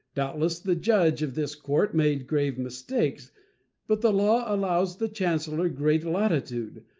doubtless the judge of this court made grave mistakes but the law allows the chancellor great latitude,